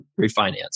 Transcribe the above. refinance